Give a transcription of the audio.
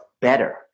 better